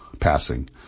passing